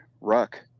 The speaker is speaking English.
ruck